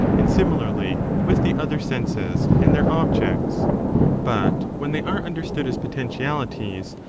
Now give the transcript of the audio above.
and similarly with the other senses and their objects but when they are understood as potentialities,